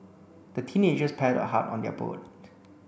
the teenagers paddled hard on their boat